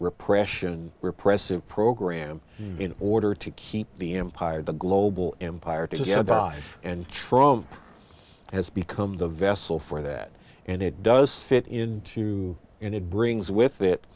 repression and repressive program in order to keep the empire the global empire to just to die and trump has become the vessel for that and it does fit into and it brings with it